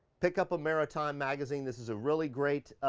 pick up a maratime magazine. this is a really great